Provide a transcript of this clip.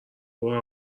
برو